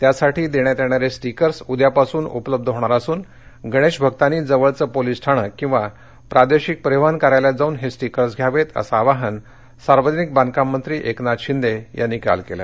त्यासाठी देण्यात येणारे स्टिकर्स उद्यापासून उपलब्ध होणार असून गणेशभक्तांनी जवळचे पोलीस ठाणे किंवा प्रादेशिक परिवहन कार्यालयात जाऊन स्टिकर्स घ्यावेत असं आवाहन सार्वजनिक बांधकाममंत्री एकनाथ शिंदे यांनी काल केलं